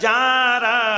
Jara